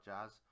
Jazz